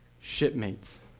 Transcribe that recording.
shipmates